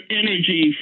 energy